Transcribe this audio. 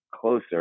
closer